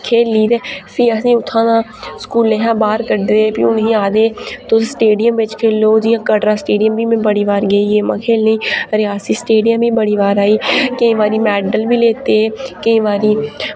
खेलनी ते फ्ही असें उत्थां दा स्कूले हा बाह्र कड्डदे फ्ही उ'नें आखदे तुस स्टेडियम बिच्च खेल्लो जि'यां कटरा स्टेडियम बी में बड़ी बार गेई गेमां खेलने रेआसी स्टेडियम बी बड़ी बार आई केईं बारी मैडल बी लैते केईं बारी